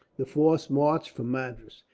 the force marched from madras.